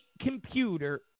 computer